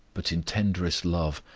but in tenderest love,